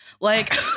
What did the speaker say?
Like-